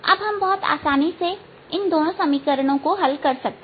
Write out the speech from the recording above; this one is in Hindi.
अब हम बहुत आसानी से इन दोनों समीकरणों को हल कर सकते हैं